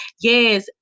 Yes